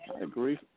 agree